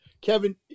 Kevin